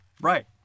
Right